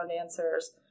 answers